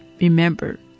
remember